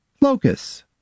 Locus